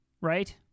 right